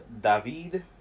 David